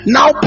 Now